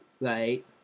right